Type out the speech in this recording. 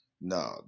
no